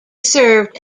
served